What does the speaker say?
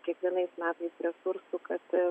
kiekvienais metais resursų kad